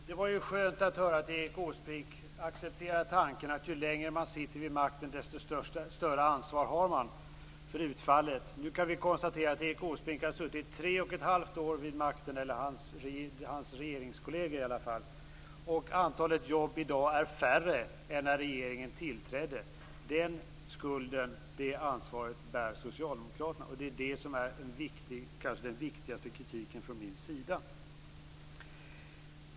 Herr talman! Det var ju skönt att höra att Erik Åsbrink accepterar tanken att ju längre man sitter vid makten, desto större ansvar har man för utfallet. Nu kan vi konstatera att Erik Åsbrink, eller i varje fall hans regeringskolleger, har suttit tre och ett halvt år vid makten, och att antalet jobb i dag är färre än när regeringen tillträdde. Den skulden och det ansvaret bär Socialdemokraterna. Det är detta som är den kanske viktigaste kritiken från min sida.